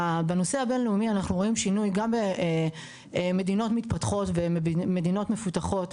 בנושא הבינלאומי אנחנו רואים שינוי גם במדינות מתפתחות ומדינות מפותחות,